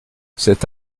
cet